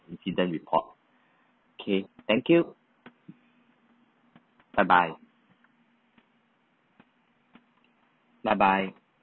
incident report K thank you bye bye bye bye